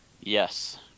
Yes